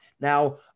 Now